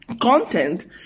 Content